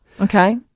Okay